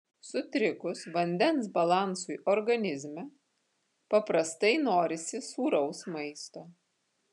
sutrikus vandens balansui organizme paprastai norisi sūraus maisto